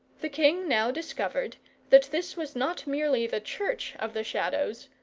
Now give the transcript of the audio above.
the king now discovered that this was not merely the church of the shadows,